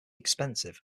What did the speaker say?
expensive